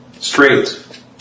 straight